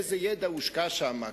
איזה ידע הושקע שם,